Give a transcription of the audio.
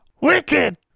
Wicked